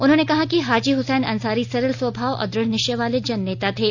उन्होंने कहा कि हाजी हुसैन अंसारी सरल स्वभाव और दृढ़ निश्चय वाले जन नेता थे